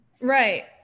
Right